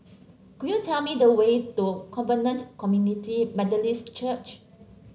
could you tell me the way to Covenant Community Methodist Church